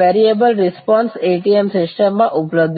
variable response ATM સિસ્ટમમાં ઉપલબ્ધ છે